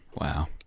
Wow